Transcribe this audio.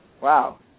Wow